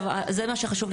זה מה שחשוב לי.